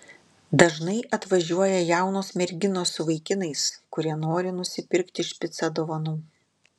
dažnai atvažiuoja jaunos merginos su vaikinais kurie nori nusipirkti špicą dovanų